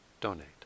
donate